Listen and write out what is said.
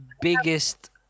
biggest